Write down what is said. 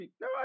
No